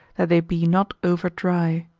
that they be not over dry.